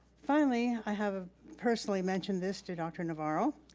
finally, i have personally mentioned this to dr. navarro,